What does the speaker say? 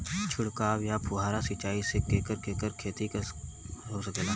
छिड़काव या फुहारा सिंचाई से केकर केकर खेती हो सकेला?